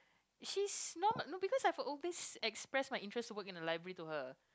she's not no because I've always expressed my interest to work in a library to her